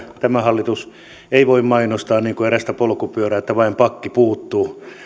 tämä hallitus ei voi mainostaa niin kuin erästä polkupyörää että vain pakki puuttuu